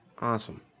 Awesome